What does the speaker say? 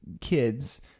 kids